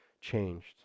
changed